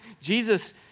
Jesus